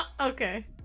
Okay